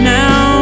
now